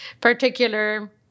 particular